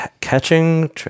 catching